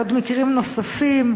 ועוד מקרים נוספים,